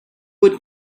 would